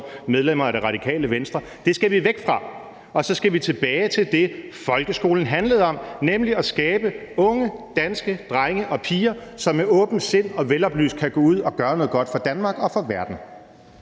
»medlem af Radikale Venstre«, skal vi væk fra, og så skal vi tilbage til det, folkeskolen handlede om, nemlig at skabe unge danske drenge og piger, som med åbent sind og veloplyst kan gå ud og gøre noget godt for Danmark og for verden.